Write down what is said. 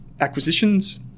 acquisitions